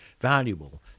valuable